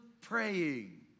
praying